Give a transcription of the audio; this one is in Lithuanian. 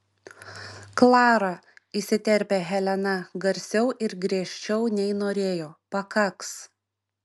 klara įsiterpia helena garsiau ir griežčiau nei norėjo pakaks